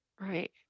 Right